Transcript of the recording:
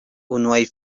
unuaj